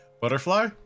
Butterfly